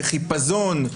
בחיפזון.